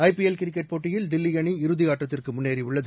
ஐ PL cricket போட்டியில் தில்லிஅணி இறுதியாட்டத்திற்குமுன்னேறியுள்ளது